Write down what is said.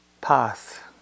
path